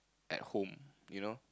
at home you know